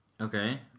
Okay